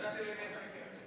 לא ידעתי למי אתה מתכוון.